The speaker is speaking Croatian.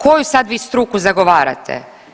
Koju sad vi struku zagovarate?